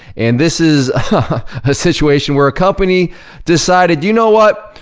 and this is a situation where a company decided, you know what,